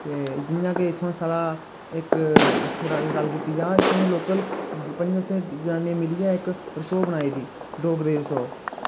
ते जियां के इत्थुआं साढ़ा इक गल्ल कीती जा इत्थुआं दे लोकल पंजे दस्सें जनानियैं मिलियै इक रसोऽ बनाई दी डोगरी रसोऽ